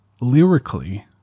lyrically